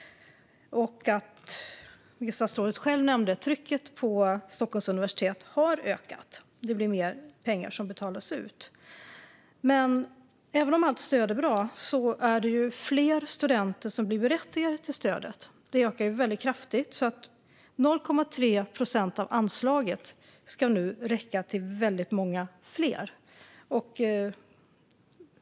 Som statsrådet själv nämnde har trycket på Stockholms universitet ökat, och mer pengar betalas ut. Även om allt stöd är bra är det fler studenter som blir berättigade till stödet. Antalet ökar kraftigt, så 0,3 procent av anslaget ska nu räcka till väldigt många fler.